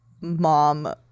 mom